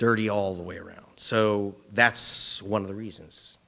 dirty all the way around so that's one of the reasons